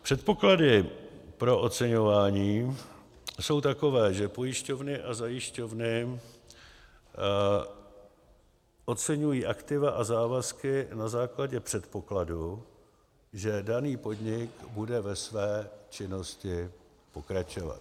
Předpoklady pro oceňování jsou takové, že pojišťovny a zajišťovny oceňují aktiva a závazky na základě předpokladu, že daný podnik bude ve své činnosti pokračovat.